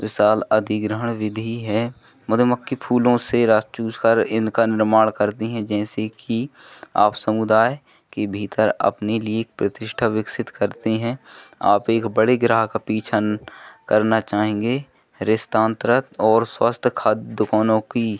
विशाल अधिग्रहण विधि है मधुमक्खी फूलों से रस चूसकर इनका निर्माण करती हैं जिनसे कि आप समुदाय के भीतर अपने लिए एक प्रतिष्ठा विकसित करती हैं आप एक बड़े ग्राहक पीछा करना चाहेंगे रेस्टोरेंट और स्वस्थ खाद्य दुकानों की